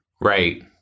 Right